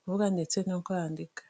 kuvuga ndetse no kwandika.